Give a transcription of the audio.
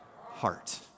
heart